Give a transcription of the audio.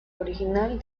original